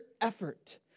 effort